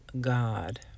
god